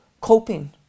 coping